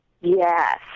Yes